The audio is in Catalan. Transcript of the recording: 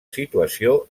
situació